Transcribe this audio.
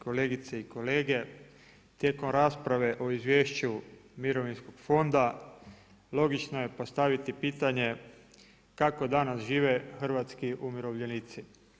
Kolegice i kolege, tijekom rasprave o Izvješću mirovinskog fonda, logično je postaviti pitanje kako danas žive hrvatski umirovljenici.